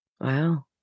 Wow